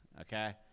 okay